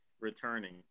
returning